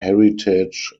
heritage